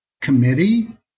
committee